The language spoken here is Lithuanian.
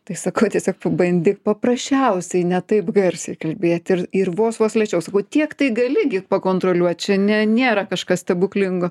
tai sakau tiesiog pabandyk paprasčiausiai ne taip garsiai kalbėti ir ir vos vos lėčiau sakau tiek tai gali gi pakontroliuot čia ne nėra kažkas stebuklingo